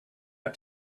out